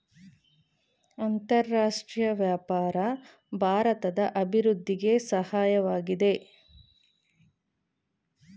ಅಂತರರಾಷ್ಟ್ರೀಯ ವ್ಯಾಪಾರ ಭಾರತದ ಅಭಿವೃದ್ಧಿಗೆ ಸಹಾಯವಾಗಿದೆ